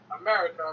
America